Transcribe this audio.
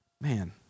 man